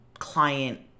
Client